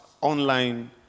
online